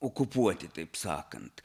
okupuoti taip sakant